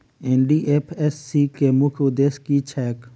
NDFSC केँ मुख्य उद्देश्य की छैक?